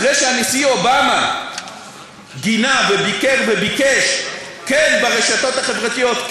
אחרי שהנשיא אובמה גינה וביקר וביקש ברשתות החברתיות,